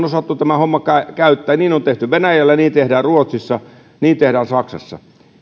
osattu tämä homma käyttää ja kun niin on tehty venäjällä niin tehdään ruotsissa niin tehdään saksassa